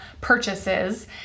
purchases